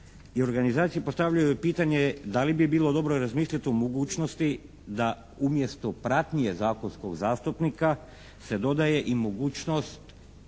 organizacije postavljaju pitanje da li bi bilo dobro i razmišljati o mogućnosti da umjesto pratnje zakonskog zastupnika se dodaje i mogućnost